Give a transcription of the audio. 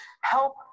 help